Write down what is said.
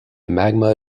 magma